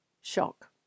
shock